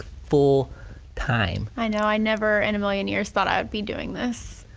full time? i know. i never in a million years thought i would be doing this.